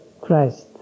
Christ